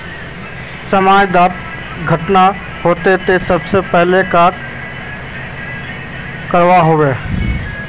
समाज डात घटना होते ते सबसे पहले का करवा होबे?